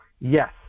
Yes